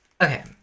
Okay